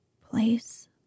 Place